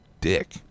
dick